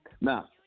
Now